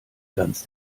ganz